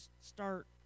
start